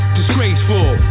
Disgraceful